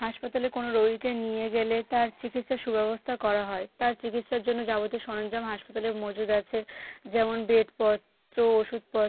হাসপাতালে কোনো রোগীকে নিয়ে গেলে তার চিকিৎসার সুব্যবস্থা করা হয় তার চিকিৎসার জন্য যাবতীয় সরঞ্জাম হাসপাতালে মজুত আছে যেমন বেডপত্র ওষুধপত্র